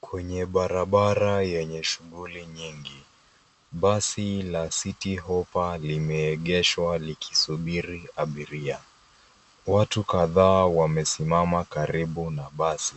Kwenye barabara yenye shughuli nyingi, basi la City Hoppa limeegeshwa likisubiri abiria. Watu kadhaa wamesimama karibu na basi,